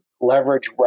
leverage